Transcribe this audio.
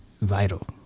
vital